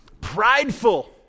prideful